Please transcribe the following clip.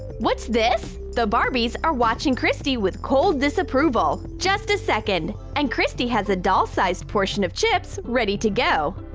what's this? the barbies are watching christy with cold disapproval! just a second and christy has a doll-sized portion of chips ready to go!